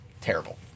Terrible